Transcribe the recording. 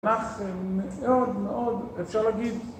מסמך מאוד מאוד, אפשר להגיד.